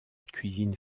cuisine